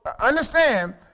understand